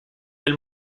del